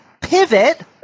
pivot